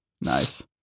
Nice